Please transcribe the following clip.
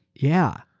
yeah.